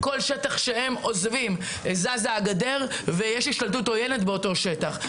כל שטח שהם עוזבים זזה הגדר ויש השתלטות עוינת על אותו שטח.